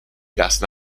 gas